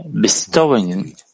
bestowing